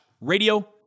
radio